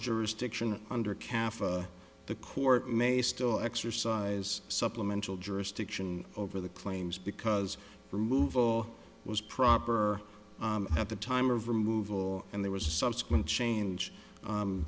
jurisdiction under caff the court may still exercise supplemental jurisdiction over the claims because removal was proper at the time of removal and there was a subsequent change